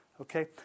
Okay